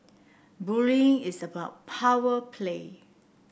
bullying is about power play